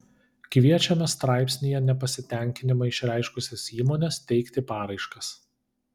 kviečiame straipsnyje nepasitenkinimą išreiškusias įmones teikti paraiškas